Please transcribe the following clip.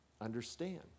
understand